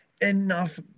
enough